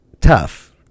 tough